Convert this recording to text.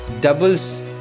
Doubles